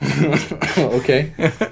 Okay